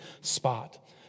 spot